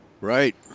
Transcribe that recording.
Right